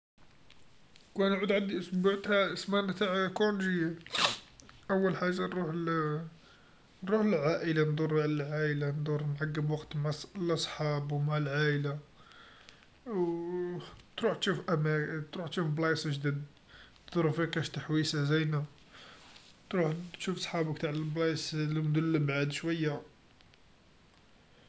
لوكان يعود عندي أسبوع تع سمانه تع كونجي أول حاجه روح ل لعائله ندور على العايله، ندور نعقب الوقت مع ص- لصحاب و مع العايله، و تروح تشوف أماك تروح تشوف بلايص جدد، تضرب فيها كاش تحويسا زاينا، تروح تشوف صحابك تع البلايص المدن ليعاد شويا.